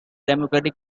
democratic